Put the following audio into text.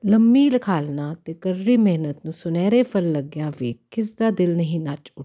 ਲੰਮੀ ਰਖਾਲਨਾ ਅਤੇ ਕਰੜੀ ਮਿਹਨਤ ਨੂੰ ਸੁਨਹਿਰਾ ਫਲ ਲੱਗਿਆ ਵੇਖ ਕਿਸ ਦਾ ਦਿਲ ਨਹੀਂ ਨੱਚ ਉੱਠਦਾ